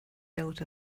built